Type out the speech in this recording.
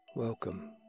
Welcome